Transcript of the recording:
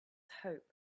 hope